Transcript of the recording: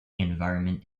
environment